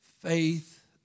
faith